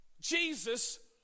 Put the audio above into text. Jesus